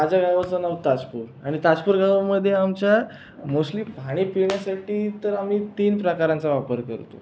माझ्या गावाचं नाव तासपूर आणि तासपूर गावामध्ये आमच्या मोस्टली पाणी पिण्यासाठी तर आम्ही तीन प्रकारांचा वापर करतो